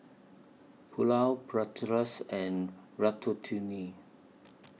Pulao Bratwurst and Ratatouille